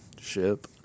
ship